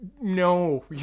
No